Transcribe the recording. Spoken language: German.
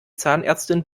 zahnärztin